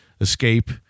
escape